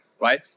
right